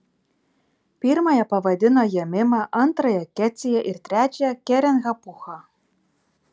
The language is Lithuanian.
pirmąją pavadino jemima antrąją kecija ir trečiąją keren hapucha